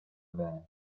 van